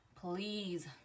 please